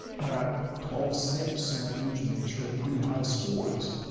and i got twelve snps in that region that show pretty high scores,